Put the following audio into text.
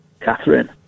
Catherine